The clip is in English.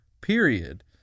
period